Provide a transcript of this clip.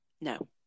No